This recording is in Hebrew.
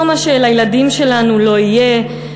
לא מה שלילדים שלנו לא יהיה,